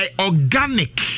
organic